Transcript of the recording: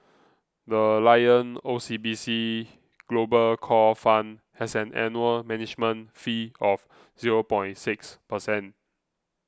the Lion O C B C Global Core Fund has an annual management fee of zero point six percent